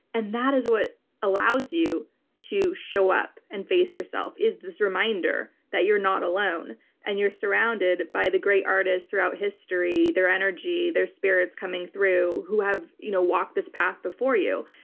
and that is what allows you to show up and face yourself. it's this reminder that you're not alone and you're surrounded by the great artists throughout history, their energy, their spirits coming through, who have you know walked this path before you.